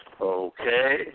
Okay